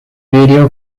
video